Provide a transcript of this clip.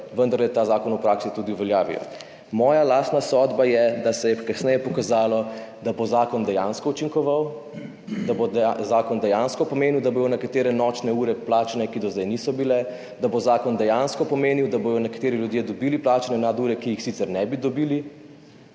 vendarle ta zakon v praksi tudi uveljavijo. Moja lastna sodba je, da se je kasneje pokazalo, da bo zakon dejansko učinkoval, da bo dejansko pomenilo, da bodo nekatere nočne ure plačane, ki do zdaj niso bile, da bo zakon dejansko pomenil, da bodo nekateri ljudje dobili plačane nadure, ki jih sicer ne bi dobili,